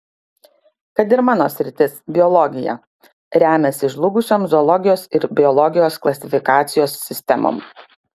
kad ir mano sritis biologija remiasi žlugusiom zoologijos ir biologijos klasifikacijos sistemom